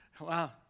Wow